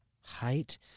height